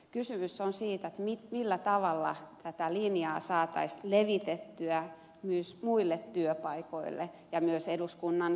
kysymys on siitä millä tavalla tätä linjaa saataisiin levitettyä myös muille työpaikoille ja myös eduskunnan sisällä